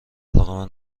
علاقمند